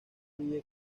vive